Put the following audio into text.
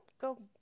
go